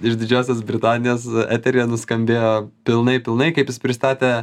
iš didžiosios britanijos eteryje nuskambėjo pilnai pilnai kaip jis pristatė